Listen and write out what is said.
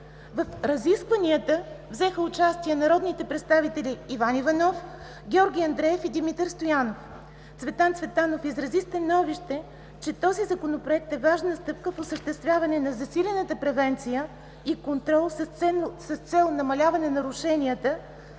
В разискванията взеха участие народните представители Иван Иванов, Георги Андреев и Димитър Стоянов. Народният представител Цветан Цветанов изрази становище, че този Законопроект е важна стъпка в осъществяване на засилена превенция и контрол с цел намаляване на нарушенията